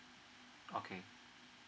okay